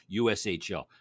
USHL